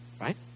Right